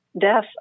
death